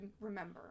remember